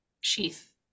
sheath